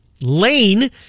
lane